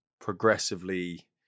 progressively